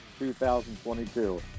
2022